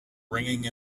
ringing